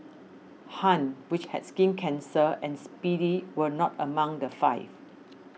Han which had skin cancer and Speedy were not among the five